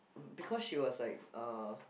because she was like uh